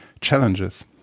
challenges